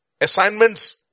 assignments